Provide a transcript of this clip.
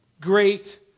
great